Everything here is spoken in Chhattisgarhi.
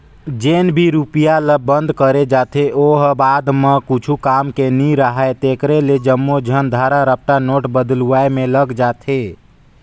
जेन भी रूपिया ल बंद करे जाथे ओ ह बाद म कुछु काम के नी राहय तेकरे ले जम्मो झन धरा रपटा नोट बलदुवाए में लग जाथे